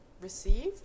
received